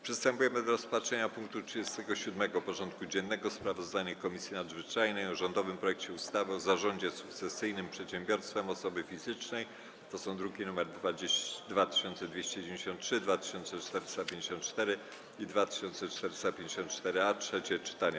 Przystępujemy do rozpatrzenia punktu 37. porządku dziennego: Sprawozdanie Komisji Nadzwyczajnej o rządowym projekcie ustawy o zarządzie sukcesyjnym przedsiębiorstwem osoby fizycznej (druki nr 2293, 2454 i 2454-A) - trzecie czytanie.